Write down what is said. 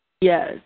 Yes